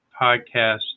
podcast